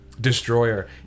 Destroyer